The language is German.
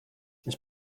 ich